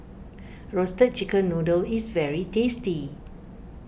Roasted Chicken Noodle is very tasty